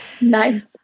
nice